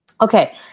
Okay